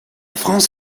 france